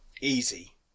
Easy